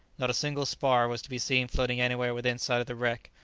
not a single spar was to be seen floating anywhere within sight of the wreck,